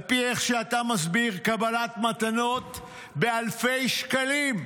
על פי איך שאתה מסביר קבלת מתנות באלפי שקלים,